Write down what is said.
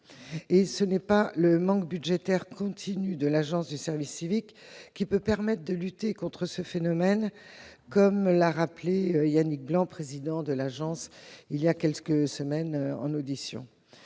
Et ce n'est pas le manque budgétaire continu de l'Agence du service civique qui permet de lutter contre ce phénomène, comme l'a rappelé son président, Yannick Blanc, il y a quelques semaines en audition.